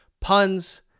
puns